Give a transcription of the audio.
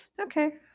Okay